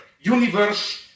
universe